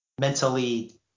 mentally